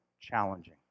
challenging